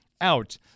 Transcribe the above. out